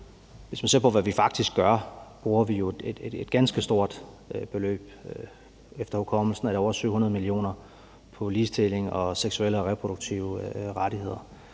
Hvis man ser på, hvad vi faktisk gør, bruger vi jo et ganske stort beløb – efter hukommelsen er det over 700 mio. kr. – på ligestilling og seksuelle og reproduktive rettigheder.